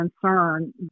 concern